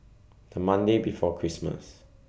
The Monday before Christmas